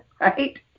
Right